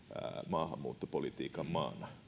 maahanmuuttopolitiikan maana